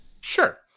Sure